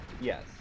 Yes